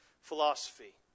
philosophy